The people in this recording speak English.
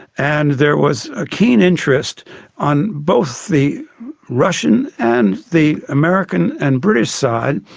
and there was a keen interest on both the russian and the american and british side,